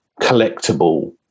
collectible